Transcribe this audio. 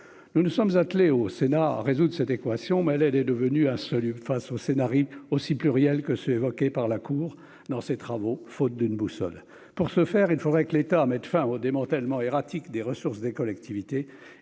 nous nous sommes attelés au Sénat résoudre cette équation, mais elle, elle est devenue un seul face au scénariste aussi plurielle que ceux évoqués par la Cour dans ses travaux, faute d'une boussole pour ce faire, il faudrait que l'État mette fin au démantèlement erratique des ressources des collectivités